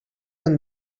han